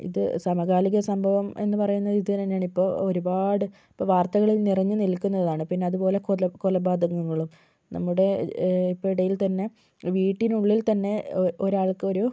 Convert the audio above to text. ഇത് സമകാലിക സംഭവം എന്ന് പറയുന്ന വിധത്തിലെന്നാണ് ഇപ്പോൾ ഒരുപാട് ഇപ്പം വാർത്തകളിൽ നിറഞ്ഞു നിൽക്കുന്നതാണ് പിന്നെ അതുപോലെ കൊല കൊലപാതകങ്ങളും നമ്മുടെ ഇപ്പം ഇടയിൽ തന്നെ വീട്ടിനുള്ളിൽ തന്നെ ഒരാൾക്കൊരു